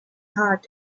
heart